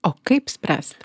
o kaip spręsti